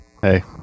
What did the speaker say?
Hey